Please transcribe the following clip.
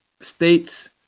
states